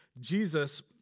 Jesus